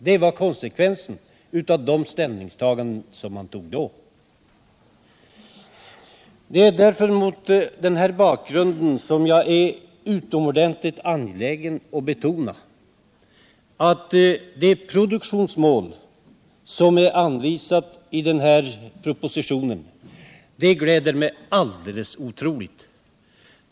Det var konsekvensen av ställningstagandena då. Mot denna bakgrund är jag utomordentligt angelägen att betona att det produktionsmål som anges i propositionen gläder mig alldeles otroligt.